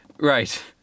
Right